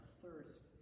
thirst